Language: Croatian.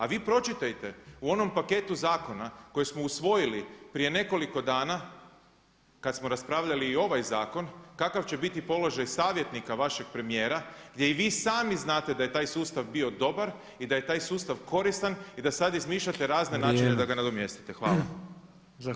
A vi pročitajte u onom paketu zakona koje smo usvojili prije nekoliko dana kad smo raspravljali i ovaj zakon kakav će biti položaj savjetnika vašeg premijera gdje i vi sami znate da je taj sustav bio dobar i da je taj sustav koristan i da sad izmišljate razne načine da ga nadomjestite.